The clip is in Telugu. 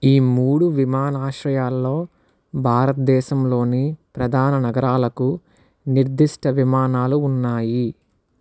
ఈ మూడు విమానాశ్రయాల్లో భారత్దేశంలోని ప్రధాన నగరాలకు నిర్ధిష్ట విమానాలు ఉన్నాయి